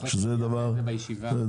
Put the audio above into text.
שזה דבר מצחיק,